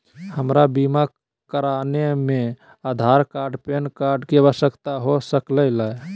हमरा बीमा कराने में आधार कार्ड पैन कार्ड की आवश्यकता हो सके ला?